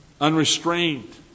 Unrestrained